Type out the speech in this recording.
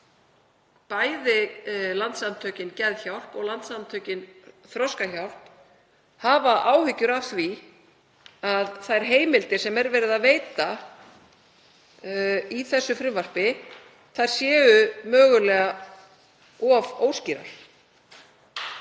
bæði Landssamtökin Geðhjálp og Landssamtökin Þroskahjálp hafa áhyggjur af því að þær heimildir sem verið er að veita í þessu frumvarpi séu mögulega of óskýrar.